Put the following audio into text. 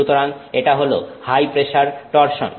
সুতরাং এটা হল হাই প্রেসার টরসন